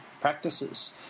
practices